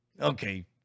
Okay